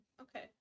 Okay